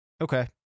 Okay